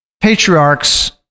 patriarchs